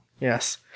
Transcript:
Yes